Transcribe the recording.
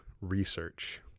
research